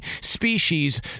species